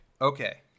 Okay